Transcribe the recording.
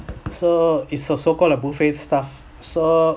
so it's also called a buffet stuff so